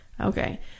Okay